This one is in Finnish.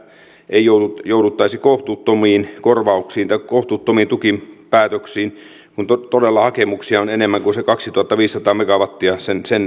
ei jouduttaisi kohtuuttomiin korvauksiin tai kohtuuttomiin tukipäätöksiin kun todella hakemuksia on enemmän kuin sen kahdentuhannenviidensadan megawatin